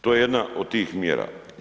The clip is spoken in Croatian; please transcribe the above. To je jedna od tih mjera.